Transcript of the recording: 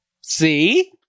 See